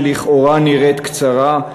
שלכאורה נראית קצרה,